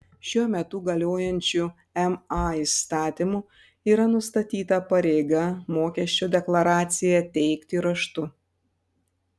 šiuo metu galiojančiu ma įstatymu yra nustatyta pareiga mokesčio deklaraciją teikti raštu